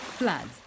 Floods